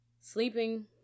Sleeping